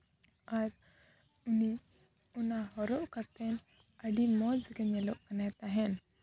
ᱟᱨ ᱩᱱᱤ ᱚᱱᱟ ᱦᱚᱨᱚᱜ ᱠᱟᱛᱮᱫ ᱟᱹᱰᱤ ᱢᱚᱡᱽ ᱜᱮᱭ ᱧᱮᱞᱚᱜ ᱠᱟᱱᱟ ᱛᱟᱦᱮᱸᱫ